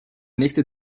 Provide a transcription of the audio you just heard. nächste